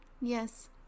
yes